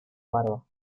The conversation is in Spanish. barba